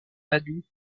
adulte